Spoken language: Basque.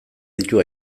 ditu